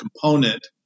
component